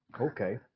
Okay